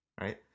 right